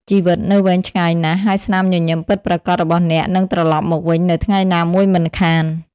ជីវិតនៅវែងឆ្ងាយណាស់ ហើយស្នាមញញឹមពិតប្រាកដរបស់អ្នកនឹងត្រឡប់មកវិញនៅថ្ងៃណាមួយមិនខាន។